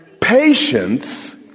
patience